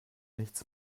nichts